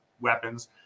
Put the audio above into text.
weapons